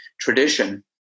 tradition